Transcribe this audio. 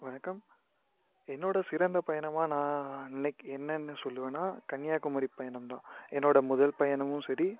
வணக்கம் என்னோட சிறந்த பயணமாக நான் நினைக் என்னென்னு சொல்லுவேனா கன்னியாகுமரி பயணம் தான் என்னோட முதல் பயணமும் சரி